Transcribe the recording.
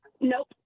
Nope